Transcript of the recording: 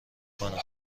کنم